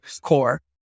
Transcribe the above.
core